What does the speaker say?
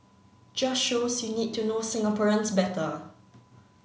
just shows you need to know Singaporeans better